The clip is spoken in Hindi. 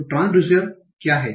तो ट्रांसड्यूसर क्या हैं